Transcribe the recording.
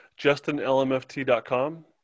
JustinLMFT.com